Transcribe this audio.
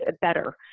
better